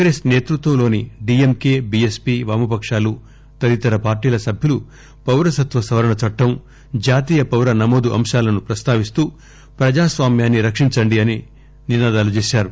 కాంగ్రెస్ సేతృత్వంలోని డీఎంకే బీఎస్పీ వామపకాలు తదితర పార్టీల సభ్యులు పౌరసత్వ సవరణ చట్లం జాతీయ పౌర నమోదు అంశాలను ప్రస్తావిస్తూ ప్రజాస్వామ్యాన్ని రక్షించండి అని అంటూ నినాదాలు చేశారు